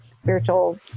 spiritual